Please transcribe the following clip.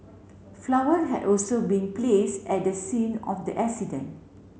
flower had also been place at the scene of the accident